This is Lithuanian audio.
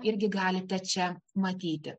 irgi galite čia matyti